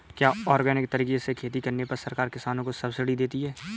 क्या ऑर्गेनिक तरीके से खेती करने पर सरकार किसानों को सब्सिडी देती है?